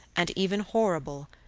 and even horrible,